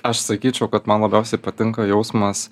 aš sakyčiau kad man labiausiai patinka jausmas